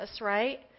right